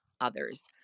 others